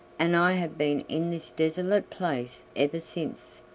and i have been in this desolate place ever since.